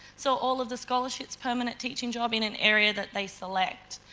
so, all of the scholarships, permanent teaching job in an area that they select.